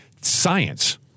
science